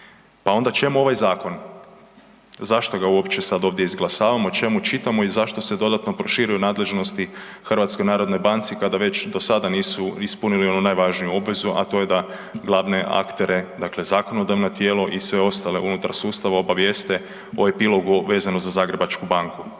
Pa onda čemu ovaj zakon? Zašto ga uopće sad ovdje izglasavamo, čemu čitamo i zašto se dodatno proširuju nadležnosti HNB-u kada već do sada nisu ispunili ono najvažniju obvezu a to je da glavne aktere, dakle zakonodavno tijelo i sve ostale unutar sustava obavijeste o epilogu ovog vezanog za Zagrebačku banku?